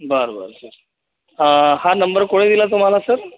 बरं बरं सर हा नंबर कोणी दिला तुम्हाला सर